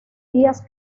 días